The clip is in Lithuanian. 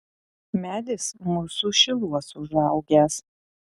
medis mūsų šiluos užaugęs